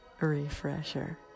refresher